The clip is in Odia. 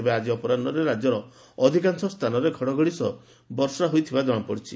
ତେବେ ଆଜି ଅପରାହ୍ବରେ ରାଜ୍ୟର ଅଧିକାଂଶ ସ୍ତାନରେ ଘଡଘଡି ସହ ବର୍ଷା ହୋଇଥିବାର ଜଣାପଡିଛି